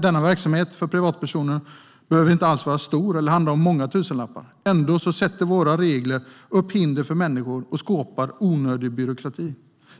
Den verksamheten för privatpersonen behöver inte alls vara stor eller handla om många tusenlappar. Ändå sätter våra regler upp hinder för människor och skapar onödig byråkrati.